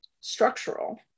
structural